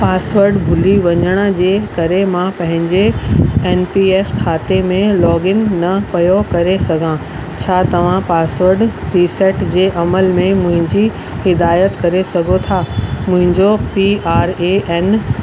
password भुली वञण जे करे मां पंहिंजे एन पी एस खाते में लॉगिन न पयो करे सघां छा तव्हां पासवर्ड रीसेट जे अमल में मुंहिंजी हिदायत करे सघो था मुंहिंजो पी आर ए एन